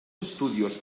estudios